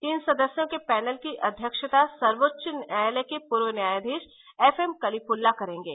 तीन सदस्यों के पैनल की अध्यक्षता सर्वोच्च न्यायालय के पूर्व न्यायाधीश एफ एम कलीफुल्ला करेंगे